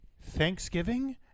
Thanksgiving